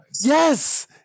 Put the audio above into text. Yes